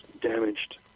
damaged